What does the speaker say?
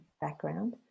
background